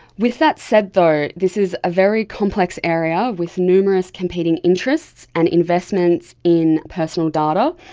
with that said though, this is a very complex area with numerous competing interests and investments in personal data,